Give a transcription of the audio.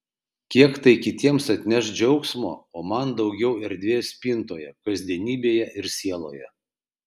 kiek tai kitiems atneš džiaugsmo o man daugiau erdvės spintoje kasdienybėje ir sieloje